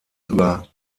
über